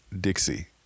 Dixie